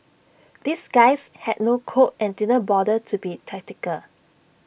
these guys had no code and didn't bother to be tactical